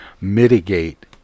mitigate